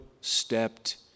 stepped